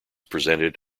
present